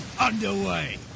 underway